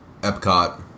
Epcot